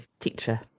teacher